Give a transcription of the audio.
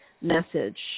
message